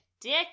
dick